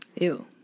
Ew